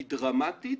היא דרמטית,